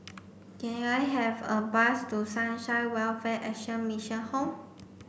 can I have a bus to Sunshine Welfare Action Mission Home